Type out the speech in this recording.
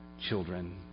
children